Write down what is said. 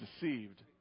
deceived